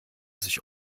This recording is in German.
sich